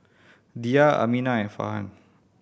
Dhia Aminah and Farhan